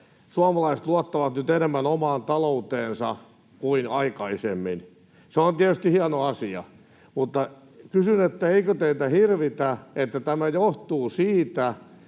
että suomalaiset luottavat nyt enemmän omaan talouteensa kuin aikaisemmin. Se on tietysti hieno asia, mutta kysyn, eikö teitä hirvitä, että tämä johtuu siitä,